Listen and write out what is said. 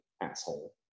asshole